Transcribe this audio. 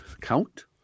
Count